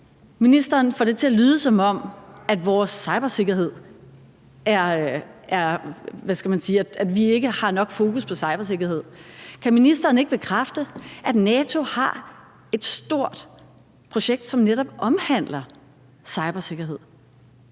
Ministeren får det til at lyde, som om vi ikke har nok fokus på cybersikkerhed. Kan ministeren ikke bekræfte, at NATO har et stort projekt, som netop omhandler cybersikkerhed